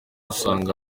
usanga